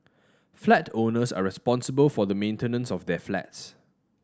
flat owners are responsible for the maintenance of their flats